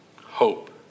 Hope